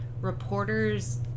reporters